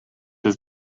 des